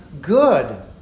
Good